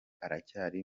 aracyari